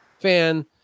fan